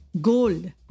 gold